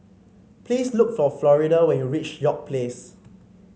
please look for Florida when you reach York Place